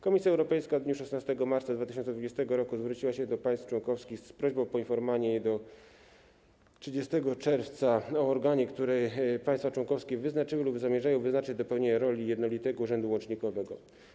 Komisja Europejska w dniu 16 marca 2020 r. zwróciła się do państw członkowskich z prośbą o poinformowanie jej do 30 czerwca o organie, który państwa członkowskie wyznaczyły lub zamierzają wyznaczyć do pełnienia roli jednolitego urzędu łącznikowego.